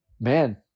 man